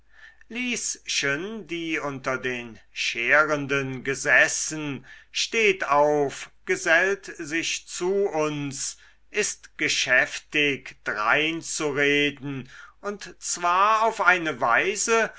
lieschen die unter den scherenden gesessen steht auf gesellt sich zu uns ist geschäftig dreinzureden und zwar auf eine weise